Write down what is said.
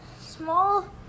small